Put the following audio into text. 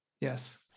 Yes